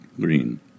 green